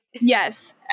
yes